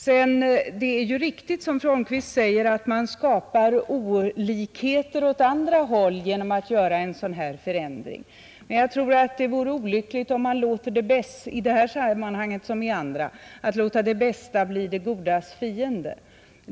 Det är riktigt som fru Holmqvist säger att man skapar olikheter åt andra håll genom att göra en sådan här förändring, men jag tror att det vore olyckligt i det här sammanhanget som i andra att låta det bästa bli det godas fiende.